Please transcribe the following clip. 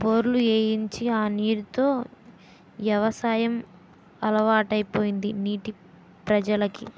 బోర్లు ఏయించి ఆ నీరు తో యవసాయం అలవాటైపోయింది నేటి ప్రజలకి